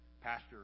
Pastor